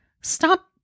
stop